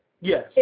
Yes